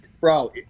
Bro